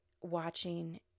watching